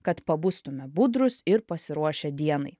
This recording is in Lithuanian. kad pabustume budrūs ir pasiruošę dienai